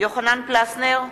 יוחנן פלסנר,